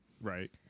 Right